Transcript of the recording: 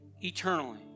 eternally